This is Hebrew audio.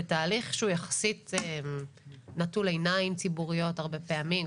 בתהליך שהוא נטול עיניים ציבוריות הרבה פעמים.